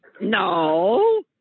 no